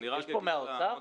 יש פה נציגים ממשרד האוצר?